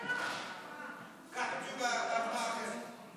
אנחנו בודקים את זה.